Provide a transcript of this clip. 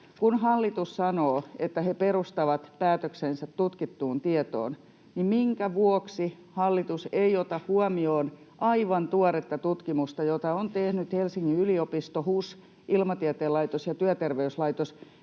Kun hallitus sanoo, että he perustavat päätöksensä tutkittuun tietoon, niin minkä vuoksi hallitus ei ota huomioon aivan tuoretta tutkimusta, jota ovat tehneet Helsingin yliopisto, HUS, Ilmatieteen laitos ja Työterveyslaitos